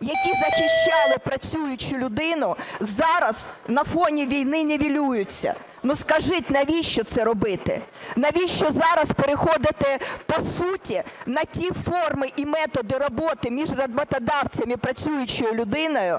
які захищали працюючу людину, зараз на фоні війни нівелюються. Ну, скажіть, навіщо це робити? Навіщо зараз переходити, по суті, на ті форми і методи роботи між роботодавцем і працюючою людиною,